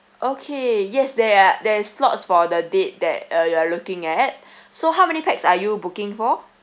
okay yes there are there is slots for the date that uh you are looking at so how many pax are you booking for